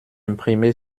imprimée